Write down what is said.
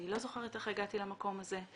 אני לא זוכרת איך הגעתי למקום הזה.